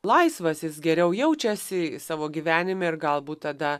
laisvas jis geriau jaučiasi savo gyvenime ir galbūt tada